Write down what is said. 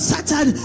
Satan